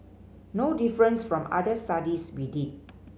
no difference from other studies we did